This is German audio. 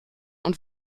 und